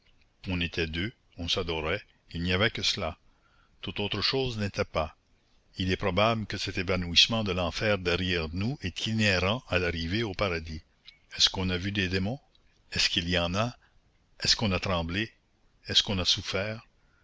on était deux on s'adorait il n'y avait que cela toute autre chose n'était pas il est probable que cet évanouissement de l'enfer derrière nous est inhérent à l'arrivée au paradis est-ce qu'on a vu des démons est-ce qu'il y en a est-ce qu'on a tremblé est-ce qu'on a souffert